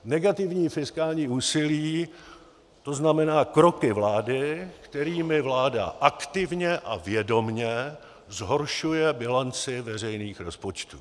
Negativní fiskální úsilí, to znamená kroky vlády, kterými vláda aktivně a vědomě zhoršuje bilanci veřejných rozpočtů.